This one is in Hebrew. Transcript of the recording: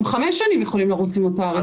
גם חמש שנים יכולים לרוץ עם אותה אריזה.